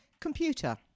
Computer